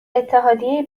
اتحادیه